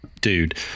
dude